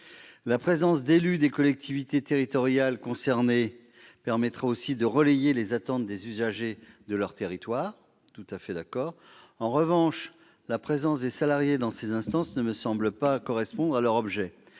La présence d'élus des collectivités territoriales concernées permettra aussi de relayer les attentes des usagers de leur territoire- j'en suis tout à fait d'accord. En revanche, la présence des salariés dans ces instances ne me semble pas correspondre à l'objet